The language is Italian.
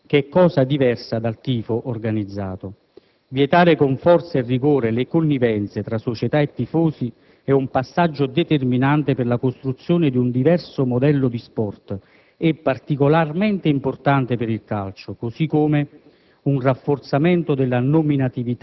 il rafforzamento del divieto di rapporti economici tra società e tifo violento, che è cosa diversa dal tifo organizzato. Vietare con forza e rigore le connivenze tra società e tifosi è un passaggio determinante per la costruzione di un diverso modello di sport,